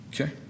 okay